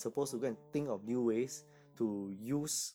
oh